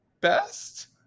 best